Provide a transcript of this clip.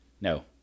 No